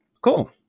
cool